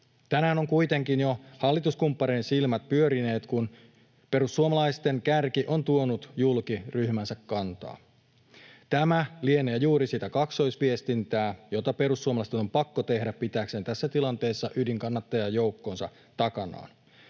Tänään ovat kuitenkin jo hallituskumppaneiden silmät pyörineet, kun perussuomalaisten kärki on tuonut julki ryhmänsä kantaa. Tämä lienee juuri sitä kaksoisviestintää, jota perussuomalaisten on pakko tehdä pitääkseen tässä tilanteessa ydinkannattajajoukkonsa takanaan.